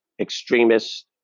extremists